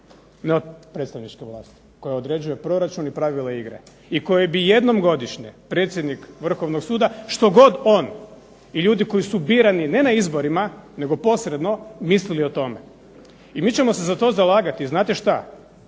ne od predstavništva vlasti koje određuje proračun i pravila igre i koje bi jednom godišnje predsjednik Vrhovnog suda, što god on i ljudi koji su birani ne na izborima, nego posredno mislili o tome. I mi ćemo se za to zalagati. Znate šta,